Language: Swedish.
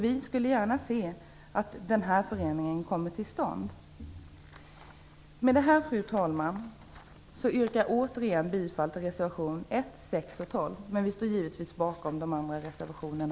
Vi skulle gärna se att den förändringen kommer till stånd. Fru talman! Med detta yrkar jag återigen bifall till reservationerna 1, 6 och 12, men vi står givetvis bakom också de andra reservationerna.